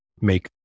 make